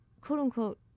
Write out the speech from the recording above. quote-unquote